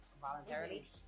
voluntarily